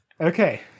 okay